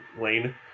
lane